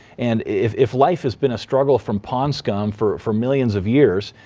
and if if life has been a struggle from pond scum for for millions of years,